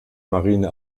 marine